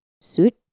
suit